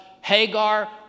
Hagar